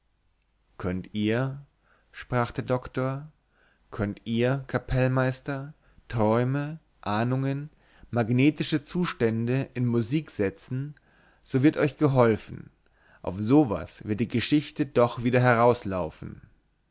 könnt ihr sprach der doktor könnt ihr kapellmeister träume ahnungen magnetische zustände in musik setzen so wird euch geholfen auf so was wird die geschichte doch wieder herauslaufen